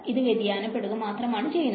ഇത് വ്യതിയാനപ്പെടുക മാത്രമാണ് ചെയുന്നത്